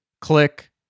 click